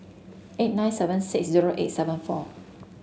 eight nine seven six zero eight seven four